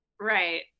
Right